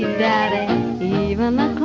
daddy even the